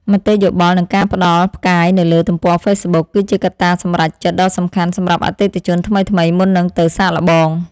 មតិយោបល់និងការផ្ដល់ផ្កាយនៅលើទំព័រហ្វេសប៊ុក គឺជាកត្តាសម្រេចចិត្តដ៏សំខាន់សម្រាប់អតិថិជនថ្មីៗមុននឹងទៅសាកល្បង។